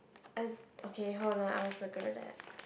I okay hold on I will circle that